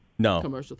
No